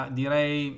direi